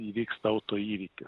įvyksta autoįvykis